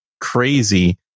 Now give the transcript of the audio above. crazy